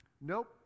Nope